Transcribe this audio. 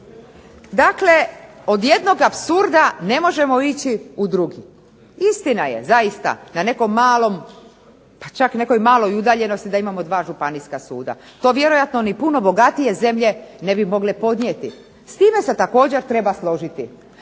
Dakle, od jednog apsurda ne možemo ići u drugi. Istina je zaista na nekom malom pa čak nekoj maloj udaljenosti da imamo 2 županijska suda. To vjerojatno ni puno bogatije zemlje ne bi mogle podnijeti. S time se također treba složiti.